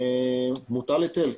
מוטל היטל.